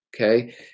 okay